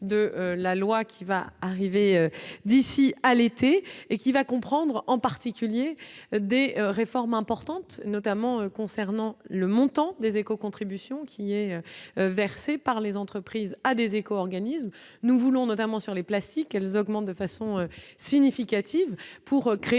de la loi qui va arriver d'ici à l'été et qui va comprendre en particulier des réformes importantes, notamment concernant le montant des éco-contributions qui est versée par les entreprises à des éco- organismes nous voulons notamment sur les classiques, elles augmentent de façon significative pour créer